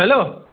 hello